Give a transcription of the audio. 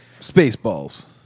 Spaceballs